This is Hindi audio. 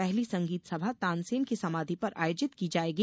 पहली संगीत सभा तानसेन की समाधी पर आयोजित की जायेगी